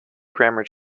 grammar